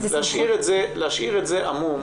להשאיר את זה עמום,